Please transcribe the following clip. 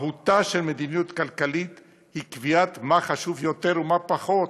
מהותה של מדיניות כלכלית היא קביעת מה חשוב יותר ומה פחות,